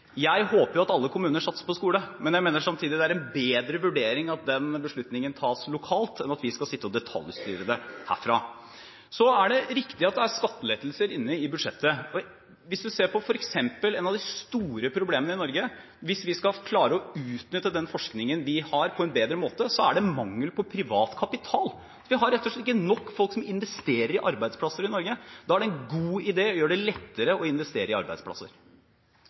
er en bedre vurdering at den beslutningen tas lokalt, enn at vi skal sitte og detaljstyre det herfra. Så er det riktig at det er skattelettelser inne i budsjettet. Hvis man f.eks. ser på et av de store problemene i Norge – det at vi må klare å utnytte den forskningen vi har på en bedre måte – så er det mangel på privat kapital. Vi har rett og slett ikke nok folk som investerer i arbeidsplasser i Norge. Da er det en god idé å gjøre det lettere å investere i arbeidsplasser.